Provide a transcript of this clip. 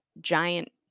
giant